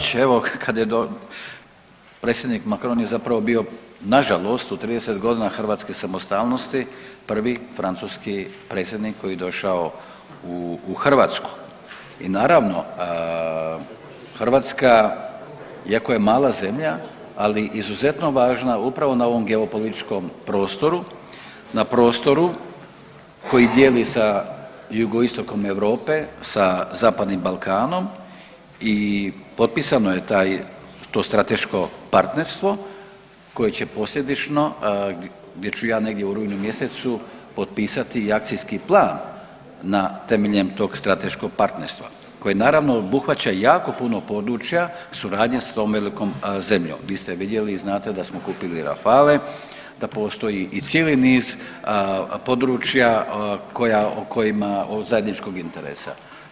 g. Pavić, evo kad je predsjednik Macron je zapravo bio nažalost u 30 godina hrvatske samostalnosti prvi francuski predsjednik koji je došao u Hrvatsku i naravno, Hrvatska, iako je mala zemlja, ali izuzetno važna upravo na ovom geopolitičkom prostoru, na prostoru koji dijeli sa jugoistokom Europe, sa Zapadnim Balkanom i potpisano je taj, to strateško partnerstvo koje će posljedično, gdje ću ja negdje u rujnu mjesecu potpisati i akcijski plan na, temeljem tog strateškog partnerstva, koje naravno, obuhvaća i jako puno područja suradnje s tom velikom zemljom, vi ste vidjeli i znate da smo kupili Rafale, da postoji i cijeli niz područja koja, o kojima, od zajedničkog interesa.